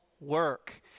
work